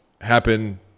happen